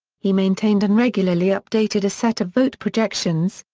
he maintained and regularly updated a set of vote projections,